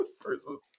person